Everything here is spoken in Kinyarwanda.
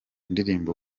ndirimbo